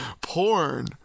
porn